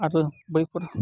आरो बैफोर